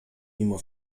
mimo